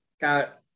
got